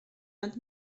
ond